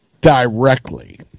directly